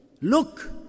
Look